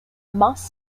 moss